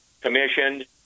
commissioned